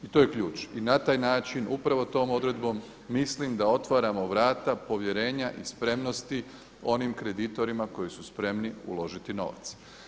I to je ključ i na taj način upravo tom odredbom mislim da otvaramo vrata povjerenja i spremnosti onim kreditorima koji su spremni uložiti novac.